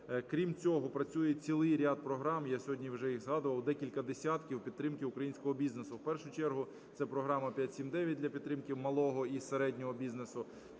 Крім цього, працює цілий ряд програм, я сьогодні вже їх згадував, декілька десятків, підтримки українського бізнесу. В першу чергу це програма "5-7-9" для підтримки малого і середнього бізнесу.